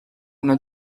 una